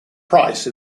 price